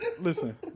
Listen